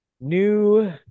new